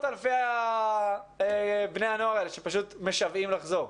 אלפי בני הנוער האלה שפשוט משוועים לחזור.